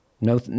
No